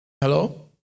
hello